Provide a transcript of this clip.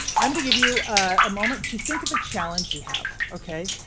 i'm gonna give you a moment to think of a challenge you have. ok,